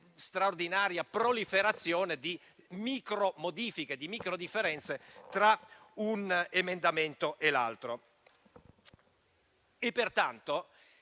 straordinaria proliferazione di micromodifiche, e con microdifferenze tra un emendamento e l'altro.